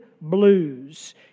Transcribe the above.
blues